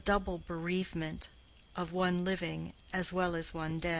a double bereavement of one living as well as one dead.